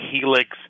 helix